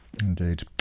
Indeed